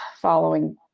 following